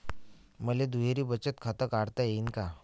मले दुहेरी बचत खातं काढता येईन का?